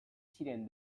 ziren